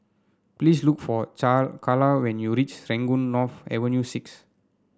please look for Charla when you reach Serangoon North Avenue Six